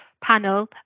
panel